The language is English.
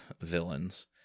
villains